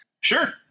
Sure